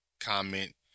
comment